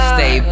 Stay